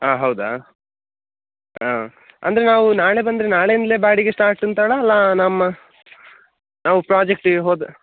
ಹಾಂ ಹೌದಾ ಹಾಂ ಅಂದರೆ ನಾವು ನಾಳೆ ಬಂದರೆ ನಾಳೆಯಿಂದಲೇ ಬಾಡಿಗೆ ಸ್ಟಾರ್ಟ್ ಅಂತನಾ ಅಲ್ಲ ನಮ್ಮ ನಾವು ಪ್ರಾಜೆಕ್ಟಿಗೆ ಹೋದಾ